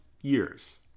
years